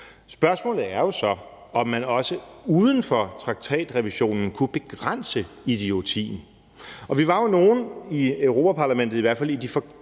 Spørgsmålet er jo så, om man også uden for en traktatrevision kunne begrænse idiotien. Vi var jo nogle i Europa-Parlamentet, i hvert fald i de forgangne